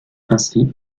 ainsi